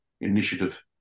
initiative